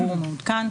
ברור ומעודכן.